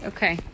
Okay